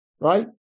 right